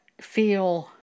feel